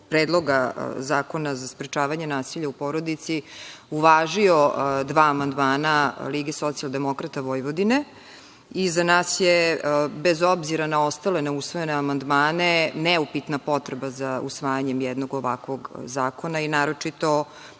Predloga zakona za sprečavanje nasilja u porodici uvažio dva amandmana LSV i za nas je, bez obzira na ostale ne usvojene amandmane, neupitna potreba za usvajanjem jednog ovakvog zakona i naročito